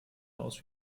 aus